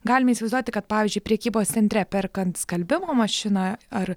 galime įsivaizduoti kad pavyzdžiui prekybos centre perkant skalbimo mašiną ar